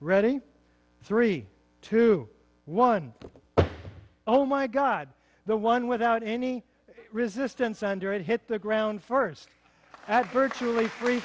ready three two one oh my god the one without any resistance under it hit the ground first at virtually free